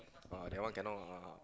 oh that one cannot lah